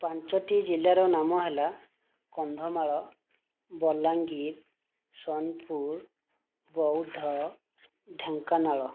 ପାଞ୍ଚଟି ଜିଲ୍ଲାର ନାମ ହେଲା କନ୍ଧମାଳ ବଲାଙ୍ଗୀର ସୋନପୁର ବୌଦ୍ଧ ଢେଙ୍କାନାଳ